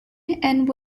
and